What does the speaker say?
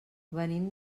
venim